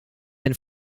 been